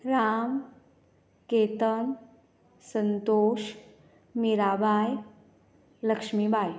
Ram Ketan Santosh Mirabai Laxmibai